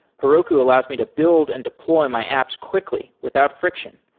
heroku allows me to build and deploy my apps quickly without friction.